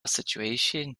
situation